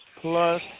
Plus